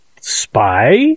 spy